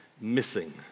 missing